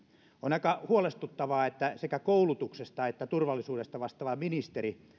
on aika huolestuttavaa että sekä koulutuksesta että turvallisuudesta vastaavat ministerit